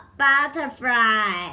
butterfly